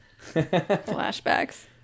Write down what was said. flashbacks